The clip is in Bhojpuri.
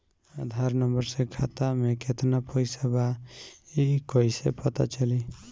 आधार नंबर से खाता में केतना पईसा बा ई क्ईसे पता चलि?